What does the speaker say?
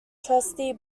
trustee